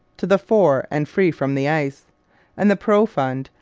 to the fore and free from the ice and the profond,